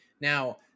now